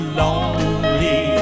lonely